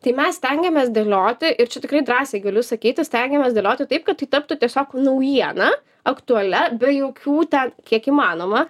tai mes stengiamės dėlioti ir čia tikrai drąsiai galiu sakyti stengiamės dėlioti taip kad tai taptų tiesiog naujiena aktualia be jokių ten kiek įmanoma